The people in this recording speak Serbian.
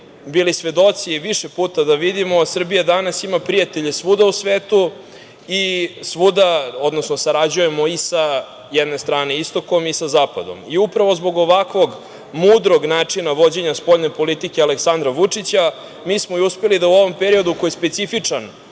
bili svedoci više puta da vidimo, Srbija danas ima prijatelje svuda u svetu i sarađujemo i sa jedne strane istokom i sa zapadom. Upravo zbog ovakvog mudrog načina vođenja spoljne politike Aleksandra Vučića mi smo i uspeli da u ovom periodu koji je specifičan